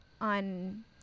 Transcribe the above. on